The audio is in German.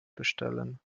bestellen